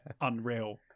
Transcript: unreal